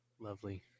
Lovely